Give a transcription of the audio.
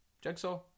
Jigsaw